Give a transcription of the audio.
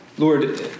Lord